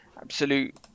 absolute